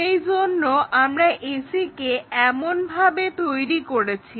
সেইজন্য আমরা ac কে এই ভাবে তৈরি করেছি